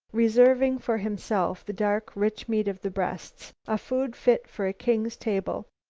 reserving for himself the dark, rich meat of the breasts, a food fit for a king's table.